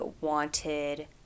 wanted